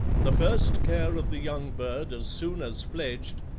the first care of the young bird as soon as fledged,